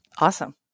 Awesome